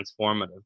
transformative